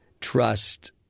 trust